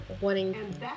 wanting